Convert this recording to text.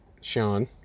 Sean